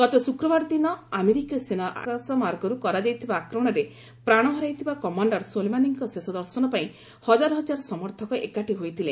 ଗତ ଶୁକ୍ରବାର ଦିନ ଆମେରିକୀୟ ସେନାର ଆକାଶମାର୍ଗରୁ କରାଯାଇଥିବା ଆକ୍ରମଣରେ ପ୍ରାଣ ହରାଇଥିବା କମାଣ୍ଡର ସୋଲେମାନିଙ୍କ ଶେଷ ଦର୍ଶନ ପାଇଁ ହଜାର ହଜାର ସମର୍ଥକ ଏକାଠି ହୋଇଥିଲେ